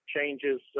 changes